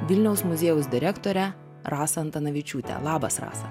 vilniaus muziejaus direktorę rasą antanavičiūtę labas rasa